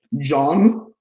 John